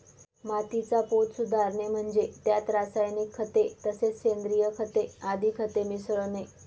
मातीचा पोत सुधारणे म्हणजे त्यात रासायनिक खते तसेच सेंद्रिय खते आदी खते मिसळणे